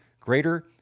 greater